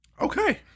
Okay